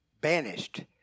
banished